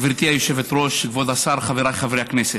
גברתי היושבת-ראש, כבוד השר, חבריי חברי הכנסת.